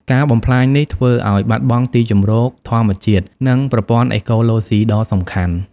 ការបំផ្លាញនេះធ្វើឲ្យ បាត់បង់ទីជម្រកធម្មជាតិ និង ប្រព័ន្ធអេកូឡូស៊ី ដ៏សំខាន់។